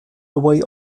away